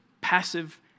passive